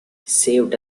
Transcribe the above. saved